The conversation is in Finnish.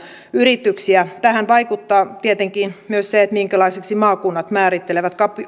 yrityksiä tähän vaikuttaa tietenkin myös se minkälaiseksi maakunnat määrittelevät